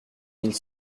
mille